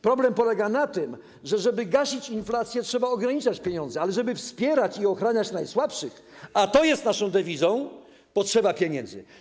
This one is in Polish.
Problem polega na tym, że aby gasić inflację, trzeba ograniczać pieniądze, ale żeby wspierać i ochraniać najsłabszych, a to jest naszą dewizą, potrzeba pieniędzy.